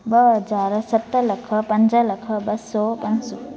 ॿ हज़ार सत लख पंज लख ॿ सौ पंज सौ